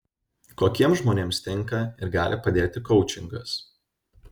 kokiems žmonėms tinka ir gali padėti koučingas